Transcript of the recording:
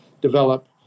develop